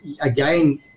again